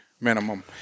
minimum